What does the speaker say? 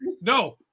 no